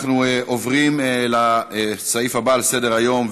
אנחנו עוברים לסעיף הבא על סדר-היום,